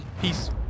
Peace